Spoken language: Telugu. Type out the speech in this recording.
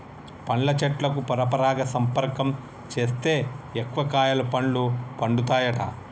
పండ్ల చెట్లకు పరపరాగ సంపర్కం చేస్తే ఎక్కువ కాయలు పండ్లు పండుతాయట